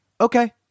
okay